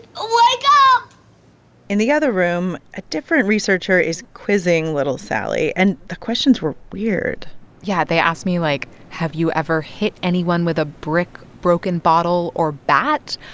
ah like up in the other room, a different researcher is quizzing little sally, and the questions were weird yeah. they asked me, like, have you ever hit anyone with a brick, broken bottle or bat?